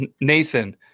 Nathan